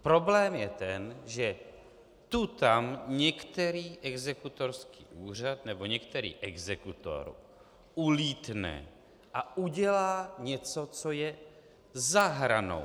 Problém je ten, že tu a tam některý exekutorský úřad nebo některý exekutor ulítne a udělá něco, co je za hranou.